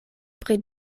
pri